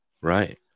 Right